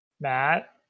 Matt